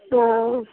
हँ